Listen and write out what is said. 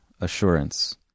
assurance